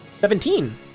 Seventeen